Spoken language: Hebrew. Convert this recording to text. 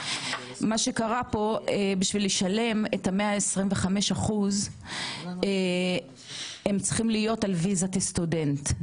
מה שקרה פה בשביל לשלם את ה- 125 אחוז הם צריכים להיות על וויזת סטודנט,